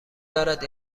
دارد